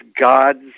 God's